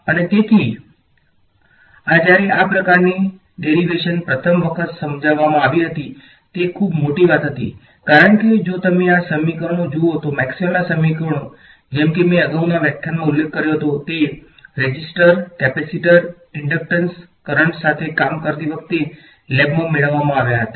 અને તેથી આ જ્યારે આ પ્રકારની ડેરીવેશન પ્રથમ વખત સમજવામાં આવી હતી તે ખૂબ મોટી વાત હતી કારણ કે જો તમે આ સમીકરણો જુઓ તો મેક્સવેલના સમીકરણો જેમ કે મેં અગાઉના વ્યાખ્યાનમાં ઉલ્લેખ કર્યો હતો તે રેઝિસ્ટર કેપેસિટર ઇન્ડક્ટન્સ કરંટ સાથે કામ કરતી વખતે લેબમાં મેળવવામાં આવ્યા હતા